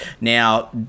Now